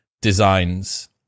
designs